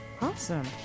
Awesome